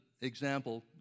example